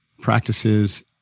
practices